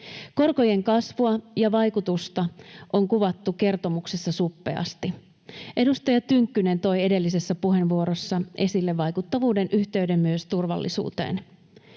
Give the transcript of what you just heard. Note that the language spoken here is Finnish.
Korkojen kasvua ja vaikutusta on kuvattu kertomuksessa suppeasti. Edustaja Tynkkynen toi edellisessä puheenvuorossa esille vaikuttavuuden yhteyden myös turvallisuuteen.